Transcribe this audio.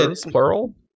plural